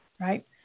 right